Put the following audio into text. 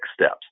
steps